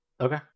Okay